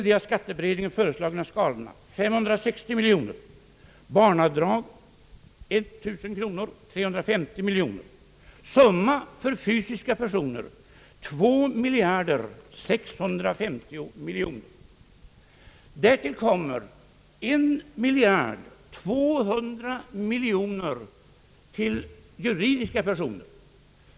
Därtill kommer 1200 miljoner kronor till juridiska personer.